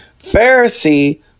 Pharisee